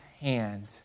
hand